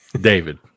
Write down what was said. David